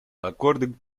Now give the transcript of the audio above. according